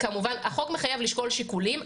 החוק מחייב לשקול שיקולים.